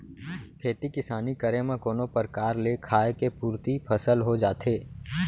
खेती किसानी करे म कोनो परकार ले खाय के पुरती फसल हो जाथे